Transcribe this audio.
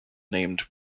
named